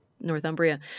Northumbria